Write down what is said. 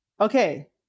Okay